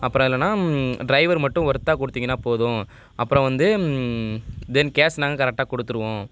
அப்புறம் இல்லைனா டிரைவர் மட்டும் ஒர்த்தாக கொடுத்திங்கன்னா போதும் அப்புறம் வந்து தென் கேஷ் நாங்கள் கரெக்டாக கொடுத்துருவோம்